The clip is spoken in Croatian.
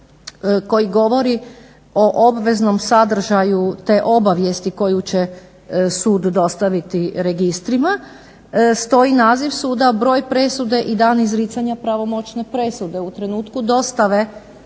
koji govori o obveznom sadržaju te obavijesti koju će sud dostaviti registrima stoji naziv suda, broj presude i dan izricanja pravomoćne presude u trenutku dostave